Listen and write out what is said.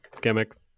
gimmick